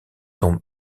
tombe